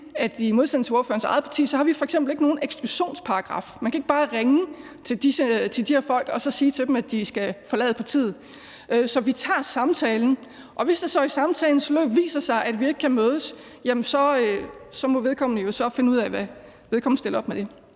at i modsætning til ordførerens eget parti har vi f.eks. ikke nogen eksklusionsparagraf. Man kan ikke bare ringe til de her folk og så sige til dem, at de skal forlade partiet. Så vi tager samtalen, og hvis det så i samtalens løb viser sig, at vi ikke kan mødes, jamen så må vedkommende jo så finde ud af, hvad vedkommende stiller op med det.